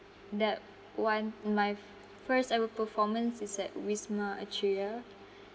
that one my first ever performance is at wisma atria